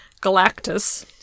galactus